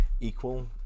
equal